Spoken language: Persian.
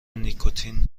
نیکوتین